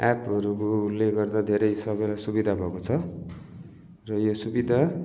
एप्पहरूले गर्दा धेरै सबैलाई सुबिधा भएको छ र यो सुबिधा